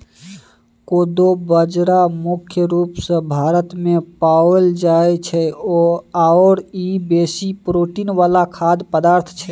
कोदो बाजरा मुख्य रूप सँ भारतमे पाओल जाइत छै आओर ई बेसी प्रोटीन वला खाद्य पदार्थ छै